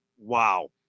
wow